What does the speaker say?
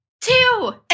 Two